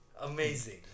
Amazing